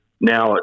Now